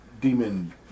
demon